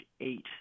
eight